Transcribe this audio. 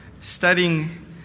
studying